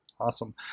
Awesome